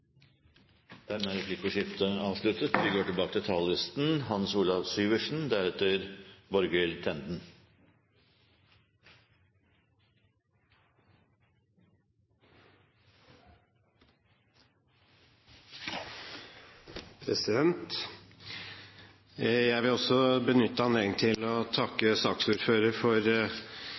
Dermed er replikkordskiftet avsluttet. Jeg vil også benytte anledningen til å takke saksordføreren for